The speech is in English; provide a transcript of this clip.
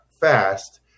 fast